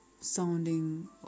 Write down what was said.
sounding